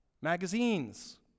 magazines